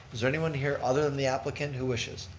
is there anyone here other than the applicant who wishes?